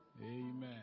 Amen